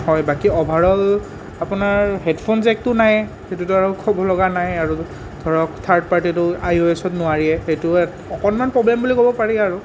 হয় বাকী অ'ভাৰঅল আপোনাৰ হেডফোন জেকটো নাই সেইটোতো আৰু ক'ব লগা নাই আৰু ধৰক থাৰ্ড পাৰ্টিটো আই অ' এছত নোৱাৰিয়ে সেইটো এট অকণমান প্ৰ'ব্লেম বুলি ক'ব পাৰি আৰু